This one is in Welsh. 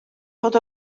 fod